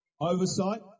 oversight